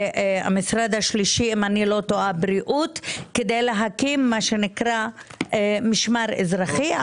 והמשרד השלישי אם איני טועה בריאות כדי להקים מה שנקרא משמר אזרחי.